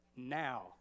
now